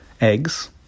eggs